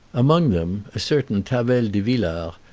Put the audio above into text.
among them, a certain tavel de villars,